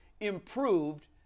improved